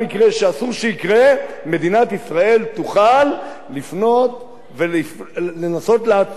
מדינת ישראל תוכל לפנות ולנסות לעצור את הבן-אדם שפשע.